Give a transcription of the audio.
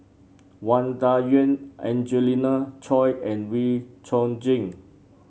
Wang Dayuan Angelina Choy and Wee Chong Jin